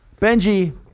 Benji